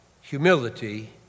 humility